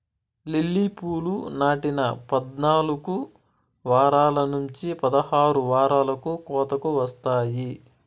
lily పూలు నాటిన పద్నాలుకు వారాల నుంచి పదహారు వారాలకు కోతకు వస్తాయి